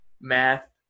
math